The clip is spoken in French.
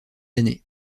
années